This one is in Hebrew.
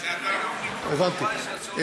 הבנתי.